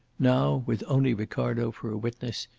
now, with only ricardo for a witness,